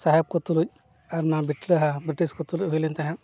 ᱥᱟᱦᱮᱵ ᱠᱚ ᱛᱩᱞᱩᱡ ᱟᱨ ᱚᱱᱟ ᱵᱤᱴᱞᱟᱹᱦᱟ ᱵᱨᱤᱴᱤᱥ ᱠᱚ ᱛᱩᱞᱩᱡ ᱦᱩᱭᱞᱮᱱ ᱛᱟᱦᱮᱸᱜ